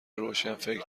روشنفکر